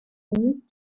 flat